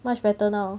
much better now